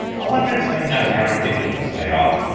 i wonder if they know how ridiculous they are.